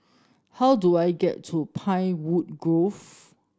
how do I get to Pinewood Grove